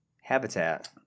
habitat